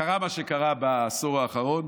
קרה מה שקרה בעשור האחרון,